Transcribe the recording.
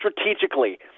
strategically